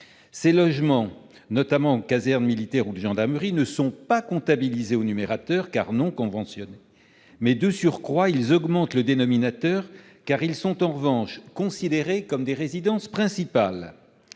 ces logements-notamment les casernes militaires ou de gendarmerie -ne sont pas comptabilisés au numérateur, car non conventionnés, mais de surcroît ils augmentent le dénominateur, car ils sont considérés comme des résidences principales.